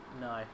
No